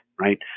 right